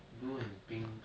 blue and pink